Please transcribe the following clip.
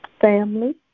Family